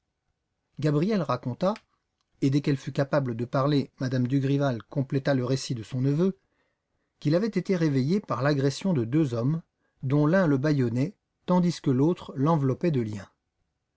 gabriel raconta et dès qu'elle fut capable de parler m me dugrival compléta le récit de son neveu qu'il avait été réveillé par l'agression de deux hommes dont l'un le bâillonnait tandis que l'autre l'enveloppait de liens